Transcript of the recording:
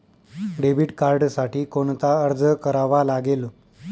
Debit कार्डसाठी कोणता अर्ज करावा लागेल?